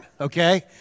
okay